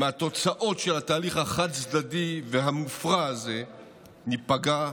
מהתוצאות של התהליך החד-צדדי והמופרע הזה ניפגע כולנו.